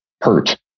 hurt